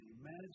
imagine